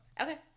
Okay